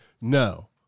no